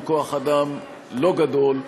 עם כוח אדם לא גדול,